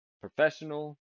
professional